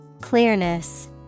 Clearness